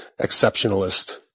exceptionalist